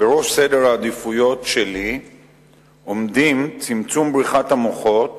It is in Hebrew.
בראש סדר העדיפויות שלי עומדים צמצום בריחת המוחות